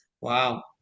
Wow